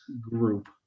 group